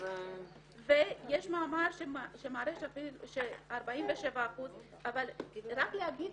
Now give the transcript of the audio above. ויש מאמר שמראה 47%. רק להגיד,